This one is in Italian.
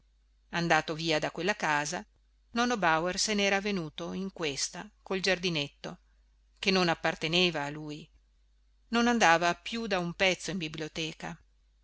andato via da quella casa nonno bauer se nera venuto in questa col giardinetto che non apparteneva a lui non andava più da un pezzo in biblioteca